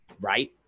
right